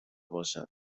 باشد